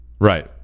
Right